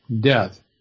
death